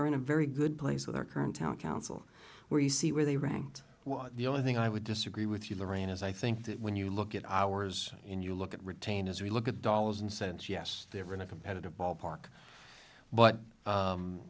are in a very good place with our current town council where you see where they were the only thing i would disagree with you lorraine is i think that when you look at ours and you look at retain as we look at dollars and cents yes they are in a competitive ballpark but